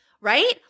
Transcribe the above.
Right